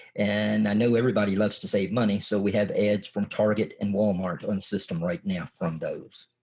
and i know everybody loves to save money so we have ads from target and walmart in the system right now from those.